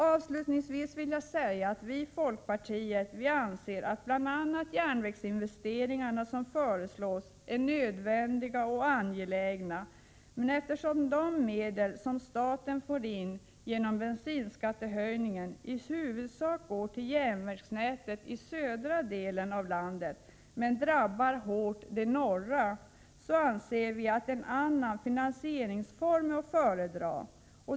Avslutningsvis vill jag säga att vi i folkpartiet anser att bl.a. de järnvägsinvesteringar som föreslås är nödvändiga och angelägna. Eftersom de medel som staten får in genom bensinskattehöjningen i huvudsak går till järnvägsnätet i södra delen av landet men hårt drabbar den norra delen, anser vi dock att en annan finansieringsform är att föredra.